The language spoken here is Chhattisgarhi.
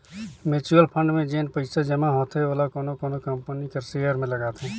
म्युचुअल फंड में जेन पइसा जमा होथे ओला कोनो कोनो कंपनी कर सेयर में लगाथे